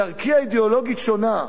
דרכי האידיאולוגית שונה,